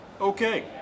Okay